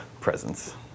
presence